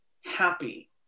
happy